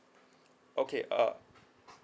okay uh